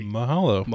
Mahalo